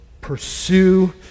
pursue